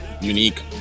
unique